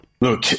Look